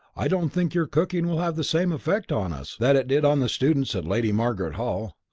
i don't think your cooking will have the same effect on us that it did on the students at lady margaret hall.